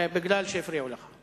כי הפריעו לך.